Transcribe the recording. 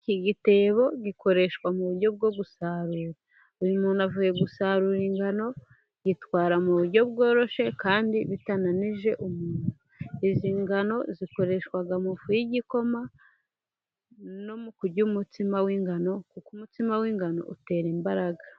Iki gitebo gikoreshwa mu buryo bwo gusarura. Uyo umuntu avuye gusarura ingano, gitwara mu buryo bworoshye kandi bitananije. Izi ngano zikoreshwa mu ifu y'igikoma niy'umutsima w'ingano kuko umutsima w'ingano utera imbaraga.